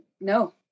No